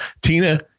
Tina